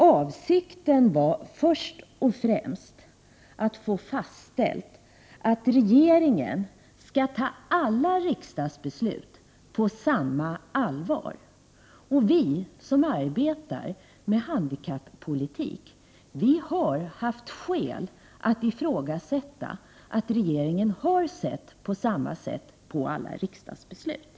Avsikten var först och främst att få fastställt att regeringen skall ta alla riksdagsbeslut på samma allvar. Vi som arbetar med handikappolitik har haft skäl att ifrågasätta att regeringen har sett på samma sätt på alla riksdagsbeslut.